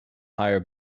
higher